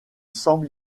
semble